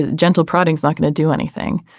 gentle prodding is not going to do anything.